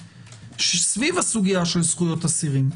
שסביב הסוגיה של זכויות אסירים.